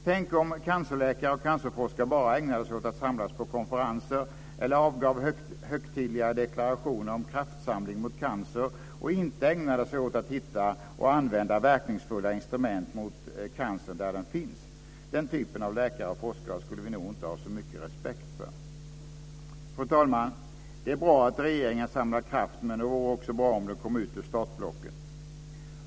Tänk om cancerläkare och cancerforskare bara ägnade sig åt att samlas på konferenser eller avge högtidliga deklarationer om kraftsamling mot cancer och inte ägande sig åt att hitta och använda verkningsfulla instrument mot cancern där den finns. Den typen av läkare och forskare skulle vi nog inte ha så mycket respekt för. Fru talman! Det är bra att regeringen samlar kraft, men det vore också bra om den kom ut ur startblocket.